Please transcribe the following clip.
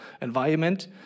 environment